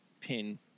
pin